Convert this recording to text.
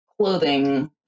clothing